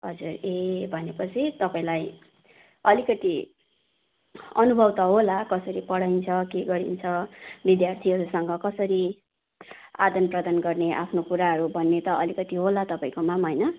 हजुर ए भनेपछि तपाईँलाई अलिकति अनुभव त होला कसरी पढाइन्छ के गरिन्छ विद्यार्थीहरूसँग कसरी आदान प्रदान गर्ने आफ्नो कुराहरू भन्ने त अलिकति होला तपाईँकोमा पनि होइन